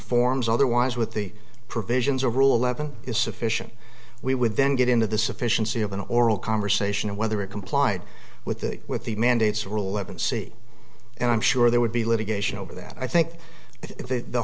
forms otherwise with the provisions of rule eleven is sufficient we would then get into the sufficiency of an oral conversation of whether it complied with the with the mandates ruhleben see and i'm sure there would be litigation over that i think